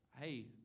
Hey